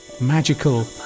magical